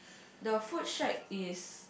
the food shack is